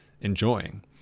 enjoying